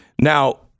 Now